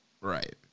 Right